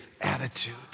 attitude